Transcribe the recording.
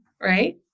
right